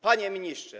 Panie Ministrze!